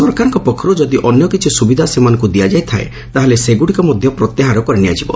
ସରକାରଙ୍କ ତରଫରୁ ଯଦି ଅନ୍ୟ କିଛି ସୁବିଧା ସେମାନଙ୍କୁ ଦିଆଯାଇଥାଏ ତାହାହେଲେ ସେଗୁଡ଼ିକ ମଧ୍ୟ ପ୍ରତ୍ୟାହାର କରିନିଆଯିବ